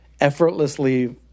effortlessly